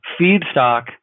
feedstock